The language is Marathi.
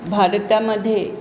भारतामध्ये